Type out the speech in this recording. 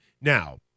Now